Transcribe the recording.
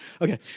Okay